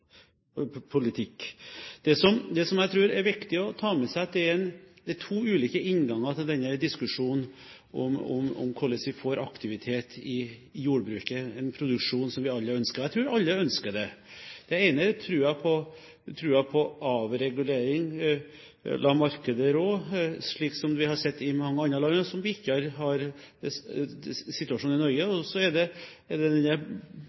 Det som jeg tror er viktig å ta med seg, er at det er to ulike innganger til denne diskusjonen om hvordan vi får aktivitet i jordbruket, en produksjon som vi alle ønsker – jeg tror alle ønsker det. Den ene er troen på avregulering, la markedet rå, slik som vi har sett i mange andre land, og som ikke er situasjonen i Norge, og så er det denne blandingsøkonomien/planøkonomien, som vi har tendenser til i Norge.